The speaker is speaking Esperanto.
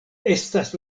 estas